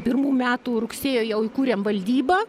pirmų metų rugsėjo jau įkūrėm valdybą